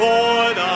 Lord